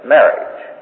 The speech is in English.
Marriage